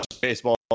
Baseball